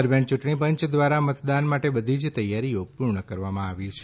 દરમિયાન યુંટણીપંચ ધ્વારા મતદાન માટે બધી જ તૈયારીઓ પુર્ણ કરવામાં આવી છે